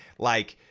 like,